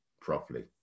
properly